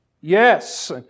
Yes